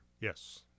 Yes